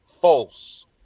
false